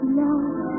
love